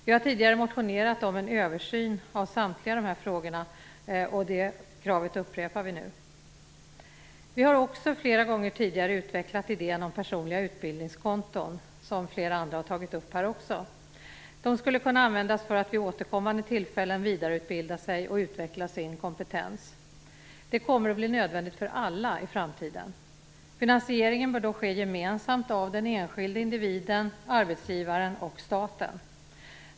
Vi har tidigare motionerat om en översyn av samtliga de här frågorna, och det kravet upprepar vi nu. Vi har också flera gånger tidigare utvecklat idén om personliga utbildningskonton som också flera andra har tagit upp. De skulle kunna användas för att vid återkommande tillfällen vidareutbilda sig och utveckla sin kompetens. Det kommer att bli nödvändigt för alla i framtiden. Finansieringen bör dock ske gemensamt av den enskilde individen, arbetsgivaren och staten.